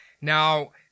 Now